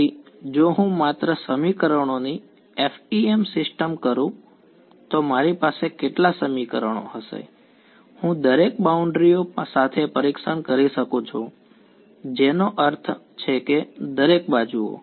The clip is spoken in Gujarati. તેથી જો હું માત્ર સમીકરણોની FEM સિસ્ટમ કરું તો મારી પાસે કેટલા સમીકરણો હશે હું દરેક બાઉન્ડ્રી ઓ સાથે પરીક્ષણ કરી શકું છું જેનો અર્થ છે કે દરેક બાજુ ઓ